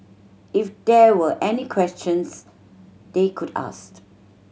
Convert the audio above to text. if there were any questions they could ask